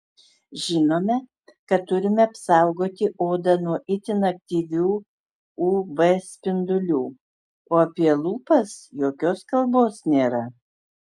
žinome kad turime apsaugoti odą nuo itin aktyvių uv spindulių o apie lūpas jokios kalbos nėra